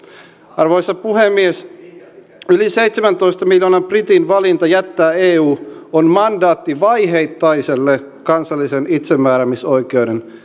arvoisa puhemies yli seitsemäntoista miljoonan britin valinta jättää eu on mandaatti vaiheittaiselle kansallisen itsemääräämisoikeuden